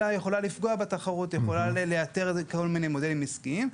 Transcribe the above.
אלא יכולה לפגוע בתחרות ולייתר כל מיני מודלים עסקיים.